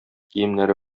киемнәре